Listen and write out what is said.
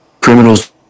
criminals